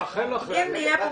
אם נהיה פה,